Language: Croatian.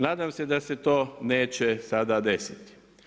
Nadam se da se to neće sada desiti.